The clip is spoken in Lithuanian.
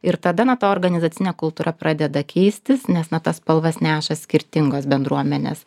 ir tada na ta organizacinė kultūra pradeda keistis nes na tas spalvas neša skirtingos bendruomenės